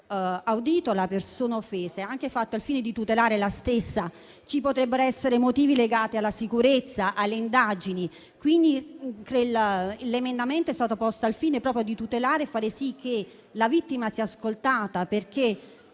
la persona offesa ha anche la finalità di tutelarla. Ci potrebbero essere motivi legati alla sicurezza o alle indagini, quindi l'emendamento è stato proposto al fine di far sì che la vittima sia ascoltata, perché